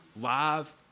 live